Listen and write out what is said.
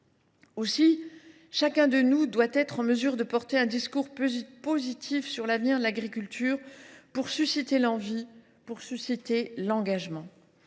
Aussi, chacun d’entre nous doit être en mesure de tenir un discours positif sur l’avenir de l’agriculture, pour susciter l’envie, l’engagement.